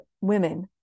women